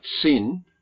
sin